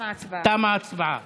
תמה ההצבעה.